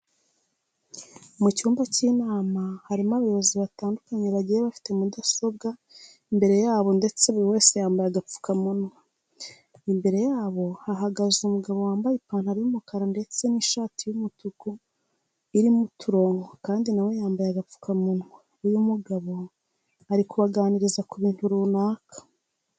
Mu cyumba cy'inama harimo abayobozi batandukanye bagiye bafite mudasobwa imbere yabo ndetse buri wese yambaye agapfukamunwa. Imbere yabo hahagaze umugabo wambaye ipantaro y'umukara ndetse n'ishati y'umutuku irimo uturongo kandi na we yambaye agapfukamunwa. Uyu mugabo ari kubaganiriza ku bintu runaka.